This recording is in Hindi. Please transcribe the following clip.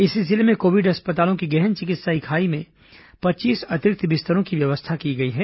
इसी जिले में कोविड अस्पतालों की गहन चिकित्सा इकाई में पच्चीस अतिरिक्त बिस्तरों की व्यवस्था की गई है